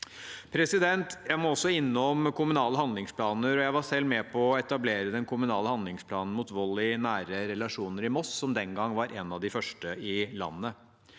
ifra. Jeg må også innom kommunale handlingsplaner. Jeg var selv med på å etablere den kommunale handlingsplanen mot vold i nære relasjoner i Moss, som den gang var en av de første i landet.